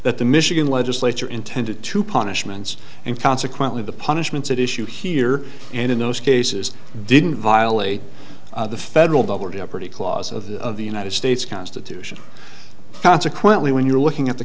that the michigan legislature intended to punishments and consequently the punishments at issue here and in those cases didn't violate the federal double jeopardy clause of the of the united states constitution consequently when you're looking at the